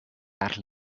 tard